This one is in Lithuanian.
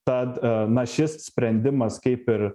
tad na šis sprendimas kaip ir